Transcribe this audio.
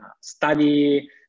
study